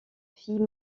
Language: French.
fille